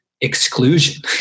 exclusion